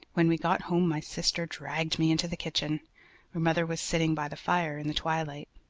when we got home my sister dragged me into the kitchen where mother was sitting by the fire in the twilight.